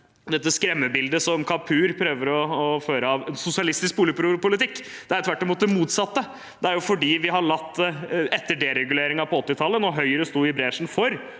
dette skremmebildet som Kapur prøver å tegne av en sosialistisk boligpolitikk, det er tvert imot det motsatte. Det er fordi vi har latt det skje, etter dereguleringen på 1980-tallet, da Høyre sto i bresjen for